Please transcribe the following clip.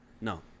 no